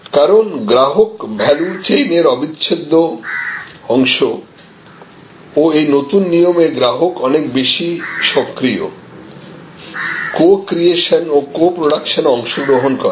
কারণ গ্রাহক ভ্যালু চেইনের অবিচ্ছেদ্য অংশ ও এই নতুন নিয়মে গ্রাহক অনেক বেশি সক্রিয় কো ক্রিয়েশন ও কো প্রোডাকশনে অংশগ্রহণ করে